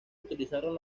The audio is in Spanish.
utilizaron